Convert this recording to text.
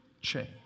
change